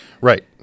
Right